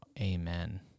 Amen